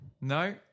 No